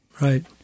Right